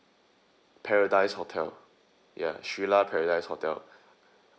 paradise hotel ya srila paradise hotel